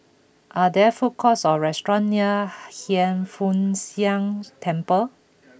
are there food courts or restaurant near Hiang Foo Siang Temple